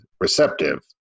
receptive